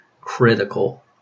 critical